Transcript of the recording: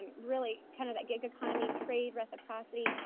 really kind of a gig economy trade, reciprocity,